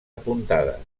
apuntades